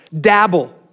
dabble